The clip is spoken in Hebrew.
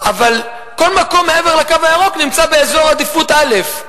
אבל כל מקום מעבר ל"קו הירוק" נמצא באזור עדיפות א'.